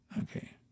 Okay